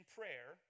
prayer